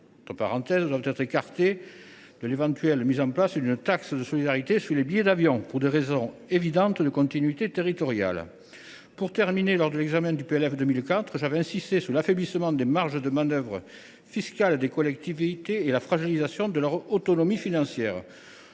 territoire doivent être écartées de l’éventuelle mise en place d’une taxe de solidarité sur les billets d’avion, pour des raisons évidentes de continuité territoriale. Lors de l’examen du projet de loi de finances pour 2024, j’avais insisté sur l’affaiblissement des marges de manœuvre fiscales des collectivités et la fragilisation de leur autonomie financière.